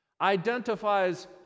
identifies